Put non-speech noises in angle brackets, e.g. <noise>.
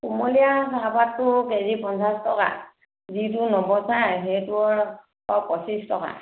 কুমলীয়া চাহপাতটো K G পঞ্চাছ টকা যিটো <unintelligible> সেইটো শ পঁচিছ টকা